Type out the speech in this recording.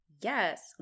yes